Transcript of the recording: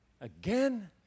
Again